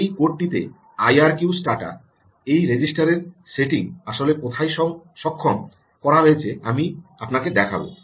এই কোডটিতে আইআরকিউস্টাটা এই রেজিস্টারের সেটিংটি আসলে কোথায় সক্ষম করা হয়েছে আমি আপনাকে দেখাব